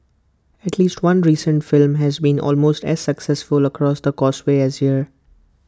at least one recent film has been almost as successful across the causeway as here